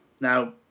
Now